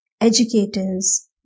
educators